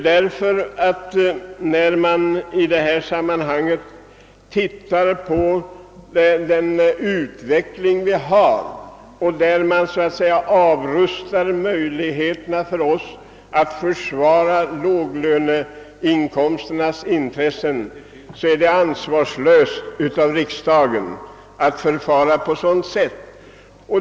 När vi nu så ofta talar om att vi skall tillvarata låglöneinkomsttagarnas intressen är det ansvarslöst av riksdagen att handla på detta sätt.